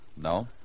No